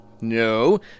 No